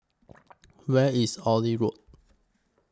Where IS Oxley Road